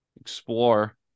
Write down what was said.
Explore